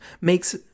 makes